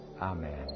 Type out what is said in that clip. Amen